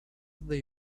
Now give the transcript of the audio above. they